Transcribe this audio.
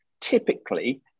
typically